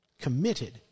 committed